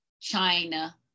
China